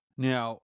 Now